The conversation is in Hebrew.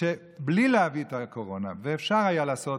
בלי להביא את הקורונה, ואפשר היה לעשות